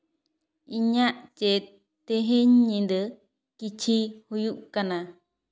ᱤᱧᱟᱹᱜ ᱪᱮᱫ ᱛᱮᱦᱮᱧ ᱧᱤᱫᱟᱹ ᱠᱤᱪᱷᱩ ᱦᱩᱭᱩᱜ ᱠᱟᱱᱟ